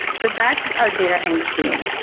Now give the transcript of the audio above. so that's our data eng team.